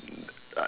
uh